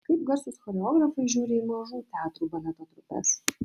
kaip garsūs choreografai žiūri į mažų teatrų baleto trupes